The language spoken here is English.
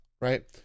right